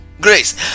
Grace